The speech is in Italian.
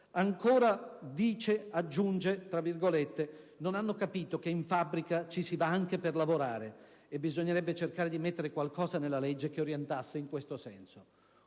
ricorda Giorgio Benvenuto - aggiunge: «Non hanno capito che in fabbrica ci si va anche per lavorare e bisognerebbe cercare di mettere qualcosa nella legge che orientasse in questo senso».